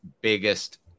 biggest